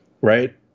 right